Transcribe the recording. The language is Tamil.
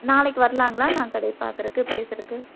நாளைக்கு வரலாங்களா நான் கடையை பாக்குறதுக்கு பேசுறதுக்கு